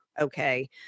Okay